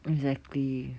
exactly